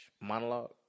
monologue